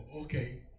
Okay